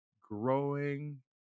growing